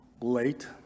late